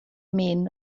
men